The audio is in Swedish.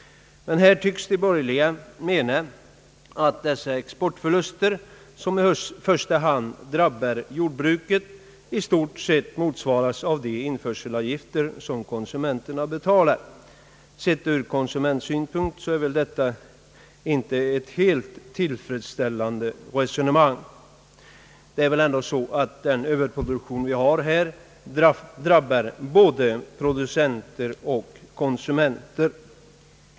Här tycks de borgerliga mena att dessa exportförluster som i första hand drabbar jordbruket i stort sett motsvaras av de införselavgifter som konsumenterna betalar. Sett ur konsumentsynpunkt är väl detta inte ett helt tillfredsställande resonemang. Det är väl ändå så att den överproduktion vi här har drabbar både producenter och konsumenter.